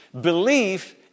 Belief